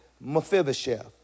Mephibosheth